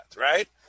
right